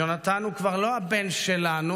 יהונתן הוא כבר לא הבן שלנו,